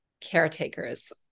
caretakers